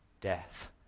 death